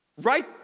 Right